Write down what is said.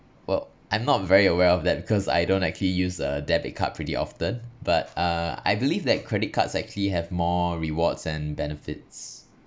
!whoa! I'm not very aware of that because I don't actually use a debit card pretty often but uh I believe that credit cards actually have more rewards and benefits